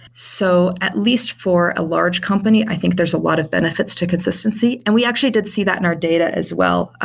so at least for a large company, i think there're a lot of benefits to consistency, and we actually did see that in our data as well.